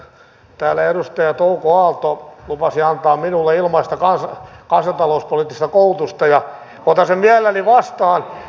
täällä edustaja touko aalto lupasi antaa minulle ilmaista kansantalouspoliittista koulutusta ja otan sen mielelläni vastaan